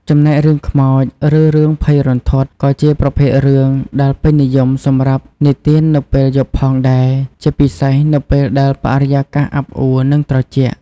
ចំណែករឿងខ្មោច ឬរឿងភ័យរន្ធត់ ក៏ជាប្រភេទរឿងដែលពេញនិយមសម្រាប់និទាននៅពេលយប់ផងដែរ ជាពិសេសនៅពេលដែលបរិយាកាសអាប់អួរ និងត្រជាក់។